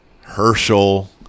Herschel